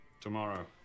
Tomorrow